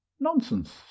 Nonsense